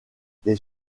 les